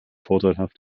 vorteilhaft